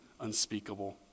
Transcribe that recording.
unspeakable